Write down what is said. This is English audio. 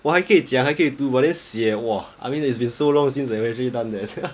我还可以讲还可以读 but then 写 !wah! I mean it's been so long since I've actually done that